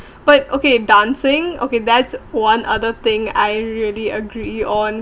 but okay dancing okay that's one other thing I really agree on